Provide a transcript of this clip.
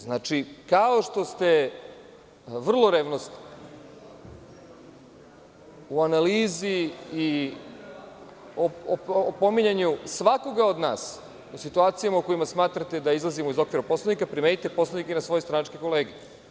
Znači, kao što ste vrlo revnosni u analizi i opominjanju svakoga od nas u situacijama u kojima smatrate da izlazimo iz okvira Poslovnika, primenite Poslovnik i na svoje stranačke kolege.